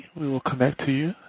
we will come back to you.